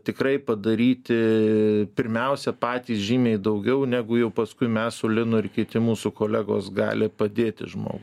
tikrai padaryti pirmiausia patys žymiai daugiau negu jau paskui mes su linu ir kiti mūsų kolegos gali padėti žmogui